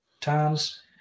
times